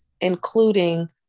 including